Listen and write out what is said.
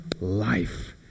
life